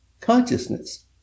consciousness